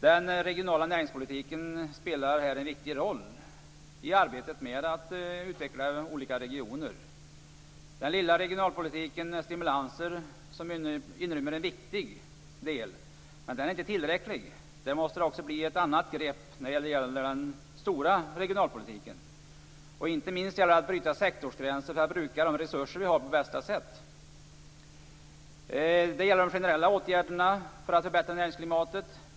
Den regionala näringspolitiken spelar en viktig roll i arbetet med att utveckla olika regioner. Den lilla regionalpolitiken med de stimulanser som den rymmer är en viktig del, men den är inte tillräcklig. Det måste också bli ett annat grepp när det gäller den stora regionalpolitiken. Inte minst gäller det att bryta sektorsgränser för att bruka de resurser vi har på bästa sätt. Det gäller att vidta generella åtgärder för att förbättra näringsklimatet.